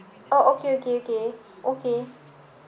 oh okay okay okay okay